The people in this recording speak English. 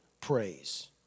praise